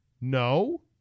No